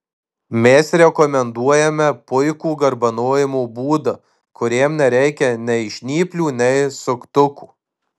mes rekomenduojame puikų garbanojimo būdą kuriam nereikia nei žnyplių nei suktukų